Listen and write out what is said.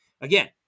Again